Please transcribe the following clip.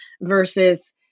versus